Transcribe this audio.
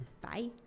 bye